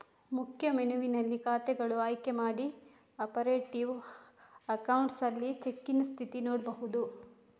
ಮುಖ್ಯ ಮೆನುವಿನಲ್ಲಿ ಖಾತೆಗಳು ಆಯ್ಕೆ ಮಾಡಿ ಆಪರೇಟಿವ್ ಅಕೌಂಟ್ಸ್ ಅಲ್ಲಿ ಚೆಕ್ಕಿನ ಸ್ಥಿತಿ ನೋಡ್ಬಹುದು